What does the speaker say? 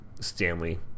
Stanley